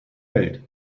welt